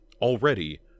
Already